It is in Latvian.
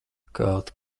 kaut